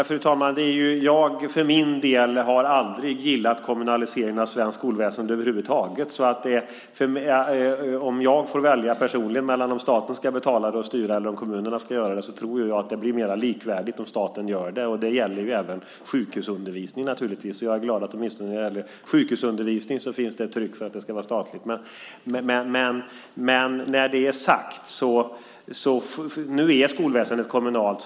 Fru talman! Jag för min del har aldrig gillat kommunaliseringen av svenskt skolväsende över huvud taget. Får jag personligen välja mellan om staten ska betala och styra eller om kommunerna ska göra det så tror jag att det blir mer likvärdigt om staten gör det. Det gäller naturligtvis även sjukhusundervisningen. Jag är glad för att det åtminstone när det gäller sjukhusundervisningen finns ett tryck på att den ska vara statlig. Med det sagt: Nu är skolväsendet kommunalt.